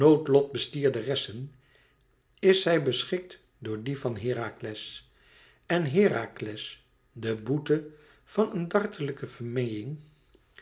noodlotbestierderessen is zij beschikt door die van herakles en herakles is de boete een dartele vermeiïng